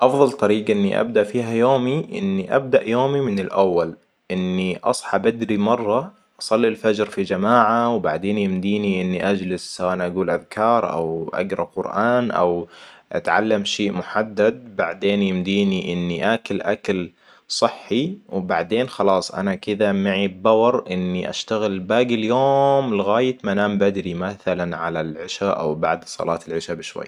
أفضل طريقة إني أبدأ فيها يومي إني أبدأ يومي من الأول إني أصحى بدري مره أصلي الفجر في جماعة وبعدين يمديني إني اجلس سواء اقول أذكار او أقرا قرآن او أتعلم شيء محدد بعدين يمديني اني أكل اكل صحي وبعدين خلاص أنا كذا معي باور إني أشتغل باقي اليوم لغاية ما انام بدري مثلاً على العشاء او بعد صلاة العشاء بشوي